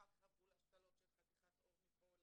אחר כך עברו להשתלות של חתיכת עור מפה לפה.